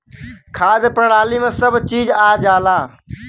खाद्य प्रणाली में सब चीज आ जाला